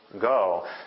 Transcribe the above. go